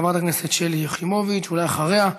חברת הכנסת שלי יחימוביץ, ואחריה,